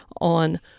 on